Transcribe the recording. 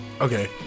okay